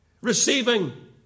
Receiving